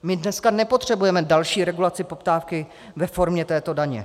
My dneska nepotřebujeme další regulaci poptávky ve formě této daně.